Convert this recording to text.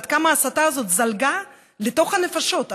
עד כמה ההסתה הזאת זלגה לתוך הנפשות,